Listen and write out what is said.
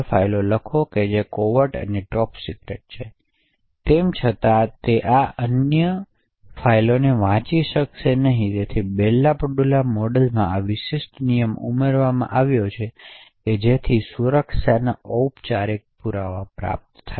ફાઇલો લખો જે કોવેર્ટ અને ટોપ સીક્રેટ છે તેમ છતાં આ સબ્જેક્ટ અન્ય ફાઇલોને વાંચી શકશે નહીં તેથી બેલ લાપડુલા મોડેલમાં આ વિશિષ્ટ નિયમ ઉમેરવામાં આવ્યો છે જેથી સુરક્ષાના ઓપચારિક પુરાવા પ્રાપ્ત થાય